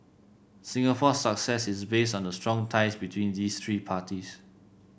Singapore's success is based on the strong ties between these three parties